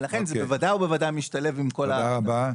לכן זה בוודאי ובוודאי משתלב עם כל --- תודה רבה.